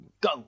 go